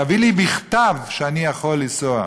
תביא לי בכתב שאני יכול לנסוע.